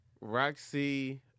Roxy